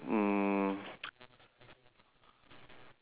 ya